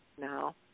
now